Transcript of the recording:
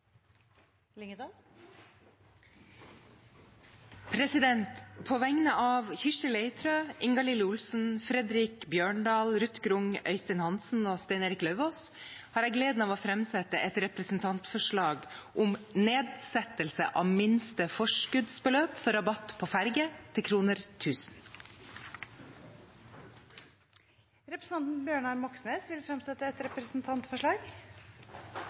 representantforslag. På vegne av Kirsti Leirtrø, Ingalill Olsen, Fredric Holen Bjørdal, Ruth Grung, Øystein Langholm Hansen, Stein Erik Lauvås og meg selv har jeg gleden av å framsette et representantforslag om nedsettelse av minste forskuddsbeløp for rabatt på ferge til 1 000 kr. Representanten Bjørnar Moxnes vil fremsette et representantforslag.